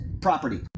property